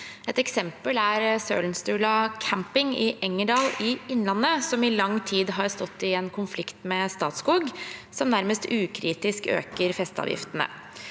Et eksempel er Sølenstua Camping i Engerdal i Innlandet som i lang tid har stått i konflikt med Statskog, som nærmest ukritisk øker festeavgiftene.